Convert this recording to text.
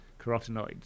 carotenoids